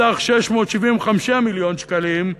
בסך 675 מיליון שקלים,